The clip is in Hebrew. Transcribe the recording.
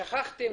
שכחתם,